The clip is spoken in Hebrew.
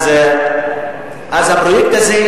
הפרויקט הזה,